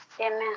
Amen